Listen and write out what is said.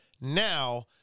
now